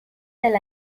del